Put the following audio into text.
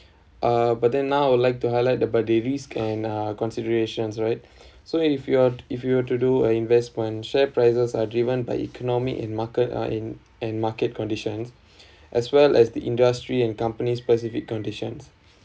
uh but then now I would like to highlight the risk can uh considerations right so if you want if you want to do an investment share prices are driven by economic and market are in and market conditions as well as the industry and company specific conditions